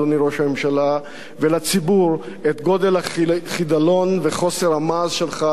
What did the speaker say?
ולציבור את גודל החידלון וחוסר המעש שלך ושל ממשלתך.